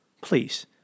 please